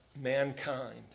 mankind